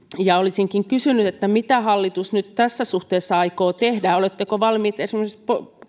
ja olisinkin kysynyt mitä hallitus nyt tässä suhteessa aikoo tehdä oletteko valmiit esimerkiksi